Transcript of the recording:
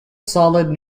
solid